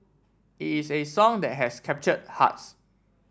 it is a song that has captured hearts